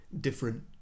different